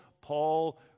Paul